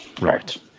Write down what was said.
Right